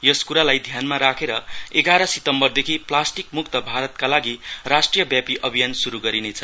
यस कुरालाई ध्यानमा राखेर एघार सितम्बरदेखि प्लास्टिक मुक्त भार्तका लागि राष्ट्रव्यापी अभियान शुरु गरिनेछ